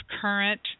current